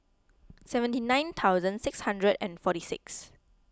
seventy nine thousand six hundred and forty six